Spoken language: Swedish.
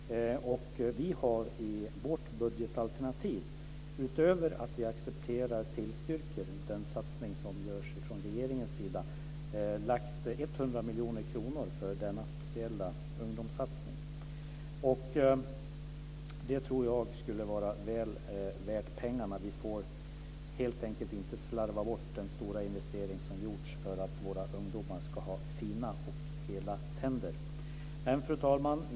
Vi har i vårt budgetalternativ, utöver att vi accepterar och tillstyrker den satsning som görs från regeringens sida, lagt 100 miljoner kronor på denna speciella ungdomssatsning. Och det tror jag skulle vara väl värt pengarna. Vi får helt enkelt inte slarva bort den stora investering som har gjorts för att våra ungdomar ska ha fina och hela tänder. Fru talman!